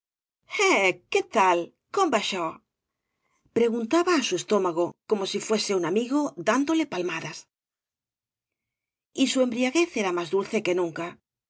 qué tal cóm va aixo preguntaba á su eatómagoj como si fuese un amigo dándoi palmadas y bu embriaguez era más dulce que nunca